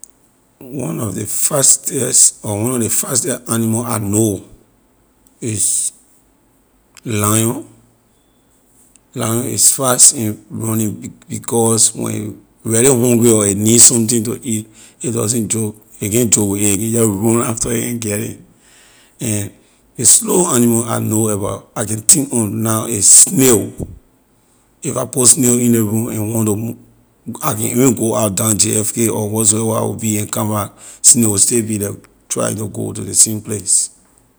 One of the fastest or one of the fastest animal I know is lion, lion is fast in running be- because when a really hungry or a need something to eat it doesn’t joke a can’t joke with it a can just run after it and get it and ley slow animal I know about I can think on now is snail if I put snail in ley room and want to mo- I can even go out down jfk or whatsoever I will be and come back snail will stay be the trying to go to ley same place.